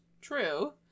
True